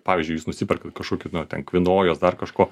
pavyzdžiui jūs nusiperkat kažkokį nu ten kvinojos dar kažko